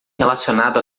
relacionado